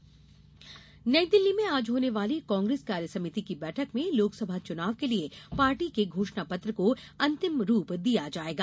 कांग्रेस कार्यसमिति बैठक नई दिल्ली में आज होने वाली कांग्रेस कार्यसमिति की बैठक में लोकसभा चुनाव के लिए पार्टी के घोषणापत्र को अंतिम रूप दिया जायेगा